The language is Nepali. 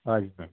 हजुर